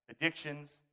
addictions